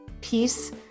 peace